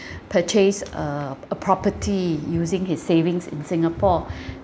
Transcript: purchase a p~ a property using his savings in singapore